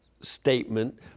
statement